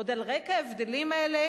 עוד על רקע ההבדלים האלה